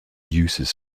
uses